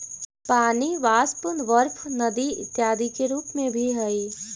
पानी वाष्प, बर्फ नमी इत्यादि के रूप में भी हई